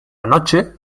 noche